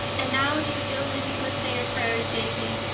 and now do you feel as if you could say your prayers, davy?